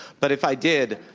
but if i did,